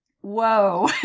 whoa